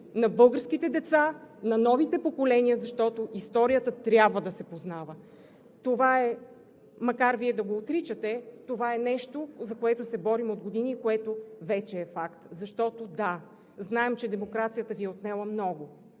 на българските деца, на новите поколения, защото историята трябва да се познава. Макар да го отричате, това е нещо, за което се борим от години и което вече е факт. Защото, да, знаем, че демокрацията Ви е отнела много,